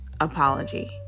apology